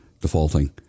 defaulting